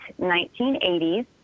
1980s